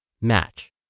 match